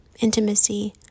intimacy